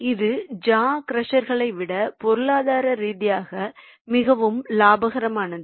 இது ஜா க்ரஷர்களை விட பொருளாதார ரீதியாக மிகவும் லாபகரமானது